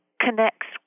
connects